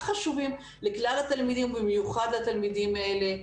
חשובים לכלל התלמידים ובמיוחד לתלמידים האלה,